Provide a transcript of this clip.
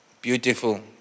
Beautiful